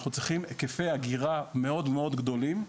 אנחנו צריכים היקפי אגירה מאוד מאוד גדולים,